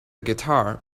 guitar